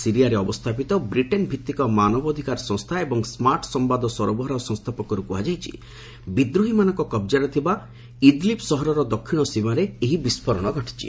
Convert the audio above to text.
ସିରିଆରେ ଅବସ୍ଥାପିତ ବ୍ରିଟେନ ଭିଭିକ ମାନବାଧିକାର ସଂସ୍ଥା ଏବଂ ସ୍କାର୍ଟ ସମ୍ଭାଦ ସରବରାହସଂସ୍ଥା ପକ୍ଷରୁ କୁହାଯାଇଛି ବିଦ୍ରୋହୀମାନଙ୍କ କବ୍ଜାରେ ଥିବା ଇଦ୍ଲିବ୍ ସହରର ଦକ୍ଷିଣ ସୀମାରେ ଏହି ବିସ୍କୋରଣ ଘଟିଛି